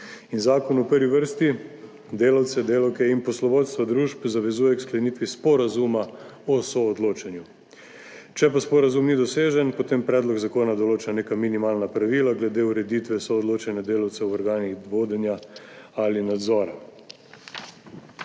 In zakon v prvi vrsti delavce, delavke in poslovodstva družb zavezuje k sklenitvi sporazuma o soodločanju. Če pa sporazum ni dosežen, potem predlog zakona določa neka minimalna pravila glede ureditve soodločanja delavcev v organih vodenja ali nadzora.